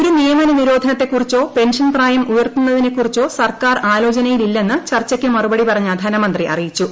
ഒരു നിയമന നിരോധനത്തെക്കുറിച്ചോ പെൻഷൻ പ്രായം ഉയർത്തുന്നതിനെക്കുറിച്ചോ സർക്കാർ ആലോചനയില്ലെന്ന് ചർച്ചക്ക് മറുപടി പറഞ്ഞ ധനമന്ത്രി അറിയിച്ചു